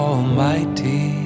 Almighty